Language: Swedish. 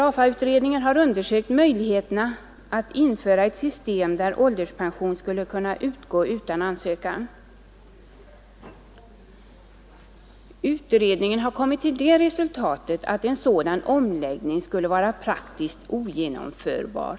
Utredningen har undersökt möjligheterna att införa ett system där ålderspension skulle kunna utgå utan ansökan och kommit till det resultatet att en sådan omläggning skulle vara praktiskt ogenomförbar.